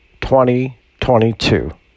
2022